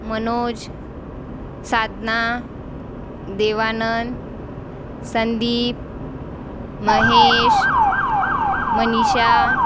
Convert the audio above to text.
Manoj Sadhana Devanand Sandeep Mahesh Manisha